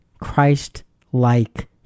christ-like